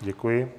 Děkuji.